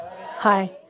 Hi